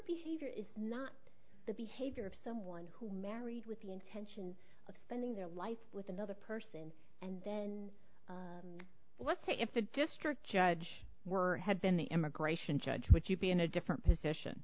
behavior is not the behavior of someone who married with the intention of spending their life with another person and then let's say if the district judge were had been the immigration judge would you be in a different position